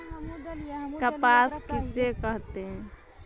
कपास किसे कहते हैं?